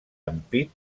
ampit